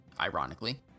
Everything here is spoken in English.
ironically